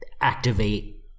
activate